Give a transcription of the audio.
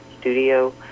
studio